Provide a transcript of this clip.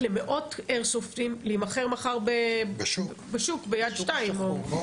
למאות איירסופטים להימכר מחר בשוק ב"יד 2" או איפשהו.